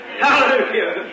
Hallelujah